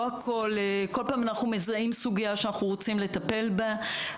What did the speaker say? בכל פעם אנחנו מזהים סוגיה שאנחנו רוצים לטפל בה.